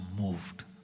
moved